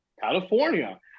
California